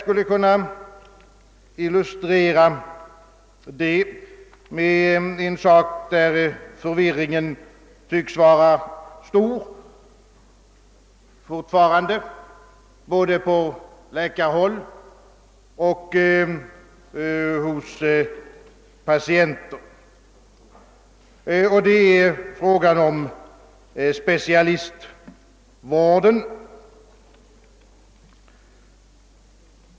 Jag kan illustrera hur stor förvirringen fortfarande tycks vara både på läkarhåll och hos patienterna genom att något beröra frågan om specialistvården.